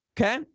Okay